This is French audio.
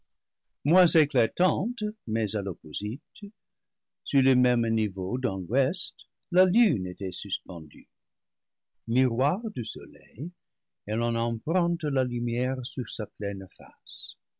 moins éclatante mais à l'opposite sur le même niveau dans l'ouest la lune était suspendue miroir du soleil elle en em prunte la lumière sur sa pleine face